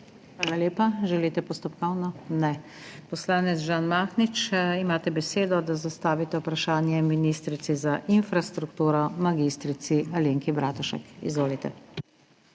Hvala lepa. Želite postopkovno? Ne. Poslanec Žan Mahnič, imate besedo, da zastavite vprašanje ministrici za infrastrukturo mag. Alenki Bratušek. Izvolite.